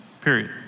period